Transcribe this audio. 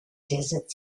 desert